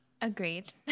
Agreed